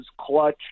clutch